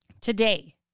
today